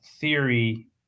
theory